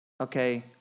Okay